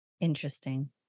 interesting